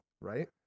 right